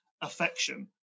affection